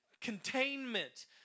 containment